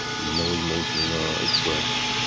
no emotion expressed.